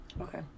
Okay